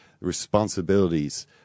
responsibilities